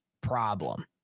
problem